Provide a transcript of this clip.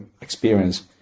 experience